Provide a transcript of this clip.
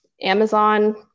Amazon